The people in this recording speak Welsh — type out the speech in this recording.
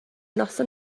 noson